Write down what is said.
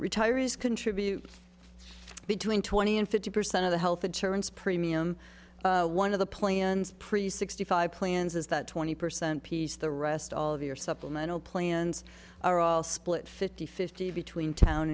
retirees contribute between twenty and fifty percent of the health insurance premium one of the plans pre sixty five plans is that twenty percent piece the rest all of your supplemental plans are all split fifty fifty between town